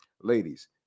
Ladies